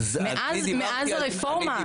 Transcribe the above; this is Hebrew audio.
מאז הרפורמה.